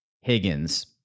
Higgins